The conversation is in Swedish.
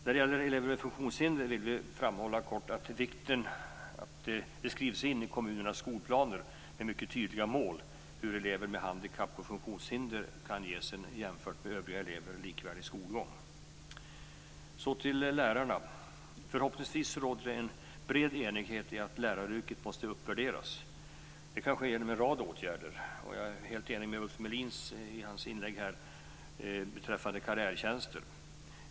När det gäller elever med funktionshinder vill vi kort framhålla vikten av att det i kommunernas skolplaner skrivs in mycket tydliga mål för hur elever med handikapp och funktionshinder kan ges likvärdig skolgång som den för övriga elever. Så till lärarna. Förhoppningsvis råder det en bred enighet om att läraryrket måste uppvärderas. Det kan ske genom en rad åtgärder. Jag är helt enig med Ulf Melin i hans inlägg beträffande karriärtjänster.